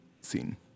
scene